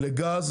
לגז,